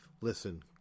Listen